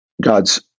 God's